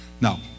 Now